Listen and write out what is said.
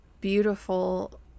beautiful